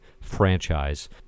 franchise